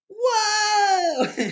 Whoa